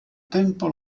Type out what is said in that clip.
tempo